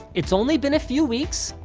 it's only been a few weeks,